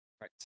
Right